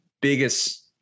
biggest